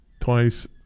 twice